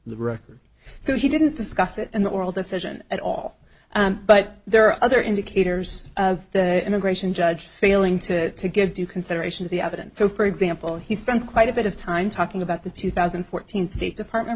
the record so he didn't discuss it and the oral decision at all but there are other indicators of the immigration judge failing to to give due consideration to the evidence so for example he spends quite a bit of time talking about the two thousand and fourteen state department